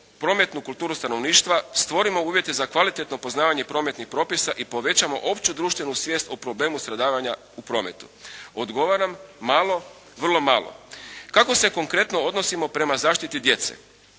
prometnu kulturu stanovništva, stvorimo uvjete za kvalitetno poznavanje prometnih propisa i povećamo opću društvenu svijest o problemu stradavanja u prometu. Odgovaram, malo, vrlo malo. Kako se konkretno odnosimo prema zaštiti djece?